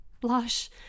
blush